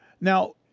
Now